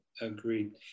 agreed